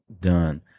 done